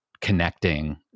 connecting